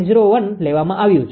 01 લેવામાં આવ્યું છે